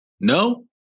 No